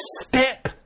step